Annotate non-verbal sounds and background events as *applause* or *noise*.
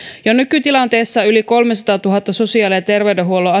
jo nykytilanteessa yli kolmesataatuhatta sosiaali ja terveydenhuollon *unintelligible*